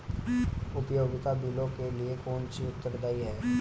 उपयोगिता बिलों के लिए कौन उत्तरदायी है?